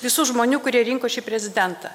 visų žmonių kurie rinko šį prezidentą